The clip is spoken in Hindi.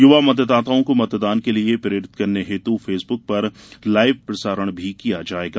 युवा मतदाताओं को मतदान के लिये प्रेरित करने हेत् फेसब्क पर लाइव प्रसारण भी किया जायेगा